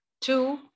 Two